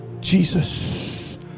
Jesus